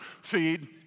feed